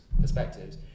perspectives